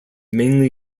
mainly